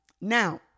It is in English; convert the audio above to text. Now